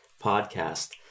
podcast